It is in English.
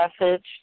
message